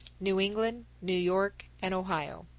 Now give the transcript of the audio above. new england, new york, and ohio